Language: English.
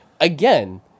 again